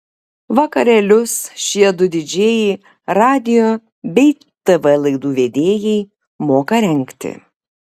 vakarėlius šie du didžėjai radijo bei tv laidų vedėjai moka rengti